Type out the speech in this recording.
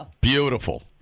beautiful